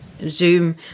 Zoom